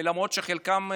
למרות שחלקם,